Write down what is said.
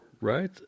right